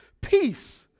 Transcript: Peace